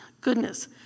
goodness